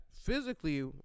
physically